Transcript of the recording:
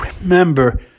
remember